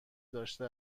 داشته